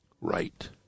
Right